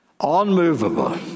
Unmovable